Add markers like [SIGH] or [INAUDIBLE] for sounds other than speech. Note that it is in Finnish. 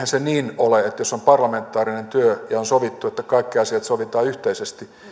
[UNINTELLIGIBLE] se niin ole että jos on parlamentaarinen työ ja on sovittu että kaikki asiat sovitaan yhteisesti